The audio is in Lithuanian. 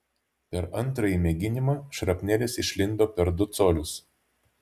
per antrąjį mėginimą šrapnelis išlindo per du colius